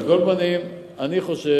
על כל פנים, אני חושב